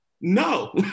No